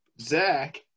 Zach